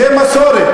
זו מסורת.